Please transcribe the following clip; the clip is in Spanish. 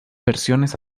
versiones